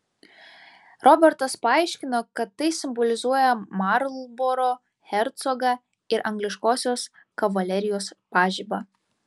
robertas paaiškino kad tai simbolizuoja marlboro hercogą ir angliškosios kavalerijos pažibą